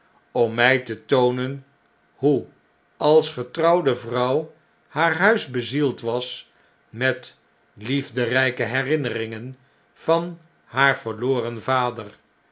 om my te toonen hoe als getrouwde vrouw haar huis bezield was met liefderyke herinneringen van haar verloren vader